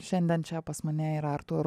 šiandien čia pas mane yra artur